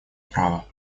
права